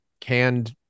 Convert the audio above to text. canned